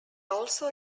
also